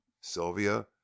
sylvia